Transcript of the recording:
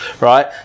right